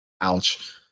ouch